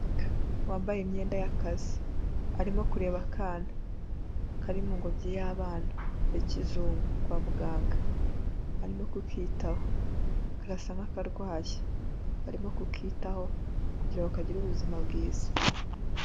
Wambaye imyenda y'akazi arimo kureba akana kari mu ngobyi y'abana ya Kizungu kwa muganga, arimo ku kitaho karasa nk'akarwaye arimo ku kitaho kugira ngo kagire ubuzima bwiza.